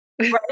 Right